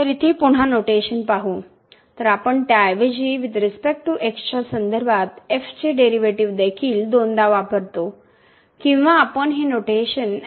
तर इथे पुन्हा नोटेशन पाहू तर आपण त्याऐवजी वुईथ रिस्पेक्ट टू x च्या संदर्भात चे डेरिव्हेटिव्ह देखील दोनदा वापरतो किंवा आपण हे नोटेशन